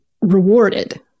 rewarded